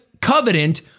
covenant